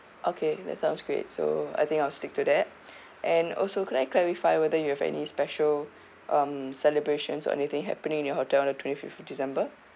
okay that sounds great so I think I'll stick to that and also can I clarify whether you have any special um celebrations or anything happening in your hotel on the twenty fifth of december